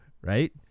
right